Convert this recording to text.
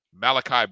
Malachi